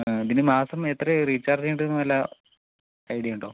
ആ പിന്നെ മാസം എത്രയാണ് റീചാർജ് ചെയ്യണ്ടേന്ന് വല്ല ഐഡിയ ഉണ്ടോ